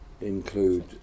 include